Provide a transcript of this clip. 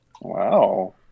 wow